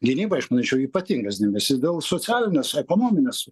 gynybą aš manyčiau ypatingas dėmesys dėl socialinės ekonominės